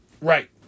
Right